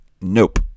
nope